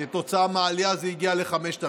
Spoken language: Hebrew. ובעקבות העלייה זה הגיע ל-5,000.